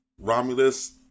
Romulus